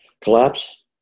Collapse